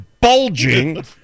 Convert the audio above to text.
bulging